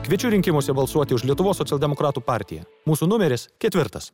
kviečiu rinkimuose balsuoti už lietuvos socialdemokratų partiją mūsų numeris ketvirtas